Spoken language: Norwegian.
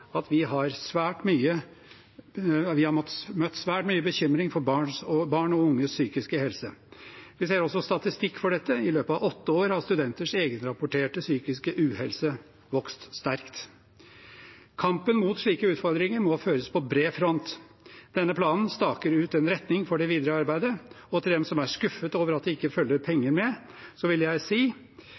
at vi har møtt svært mye bekymring for barn og unges psykiske helse. Vi ser også statistikk for dette. I løpet av åtte år har studenters egenrapporterte psykiske uhelse vokst sterkt. Kampen mot slike utfordringer må føres på bred front. Denne planen staker ut en retning for det videre arbeidet, og til dem som er skuffet over at det ikke følger med penger, vil jeg si: